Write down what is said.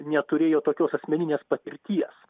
neturėjo tokios asmeninės patirties